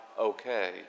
okay